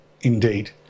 indeed